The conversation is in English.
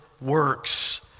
works